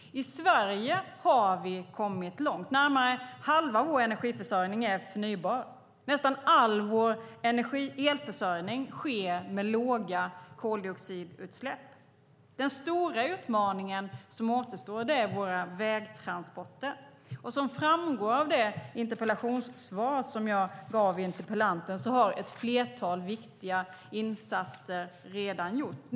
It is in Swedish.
I Sverige har vi kommit långt. Närmare halva vår energiförsörjning är förnybar. Nästan all vår elförsörjning sker med låga koldioxidutsläpp. Den stora utmaning som återstår är våra vägtransporter. Som framgår av det svar som jag gav interpellanten har ett flertal viktiga insatser redan gjorts.